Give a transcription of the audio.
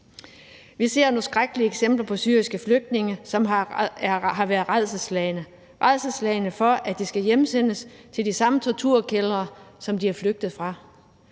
Vi ser nogle skrækkelige eksempler på syriske flygtninge, som har været rædselsslagne – rædselsslagne for, at de skal hjemsendes til de samme torturkældre, som de er flygtet fra.